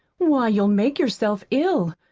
why, you'll make yourself ill.